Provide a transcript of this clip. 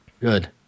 Good